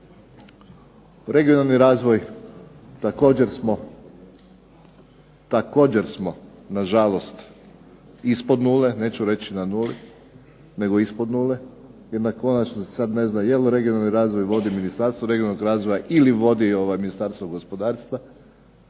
Regionalni razvoj također smo na žalost ispod nule, neću reći na nuli, nego ispod nule. Jer .../Govornik se ne razumije./... sad ne zna jel' regionalni razvoj vodi Ministarstvo regionalnog razvoja ili vodi Ministarstvo gospodarstva,